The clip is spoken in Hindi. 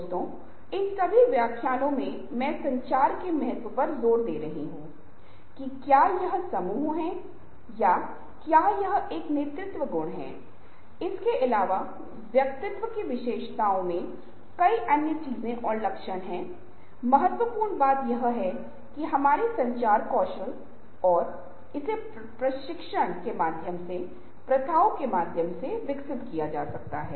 दोस्तों और रिश्तेदारों को आप समय दे सकते हैं यदि आप इसे इस तरह से करते हैं तो यह गैर कार्य गतिविधियों के लिए समय छोड़ देगा और यह मूल रूप से आपकी दैनिक गतिविधियों के लिए एक योजना और समस्या को सुलझाने का दृष्टिकोण है